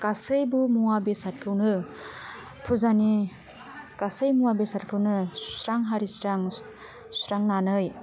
गासैबो मुवा बेसादखौनो फुजानि गासै मुवा बेसादखौनो सुस्रां हारिस्रां सुस्रांनानै